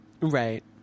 Right